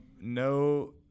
no